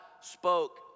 spoke